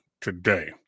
today